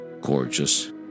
Gorgeous